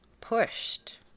pushed